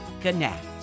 connect